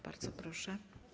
Bardzo proszę.